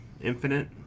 Infinite